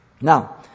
Now